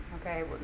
okay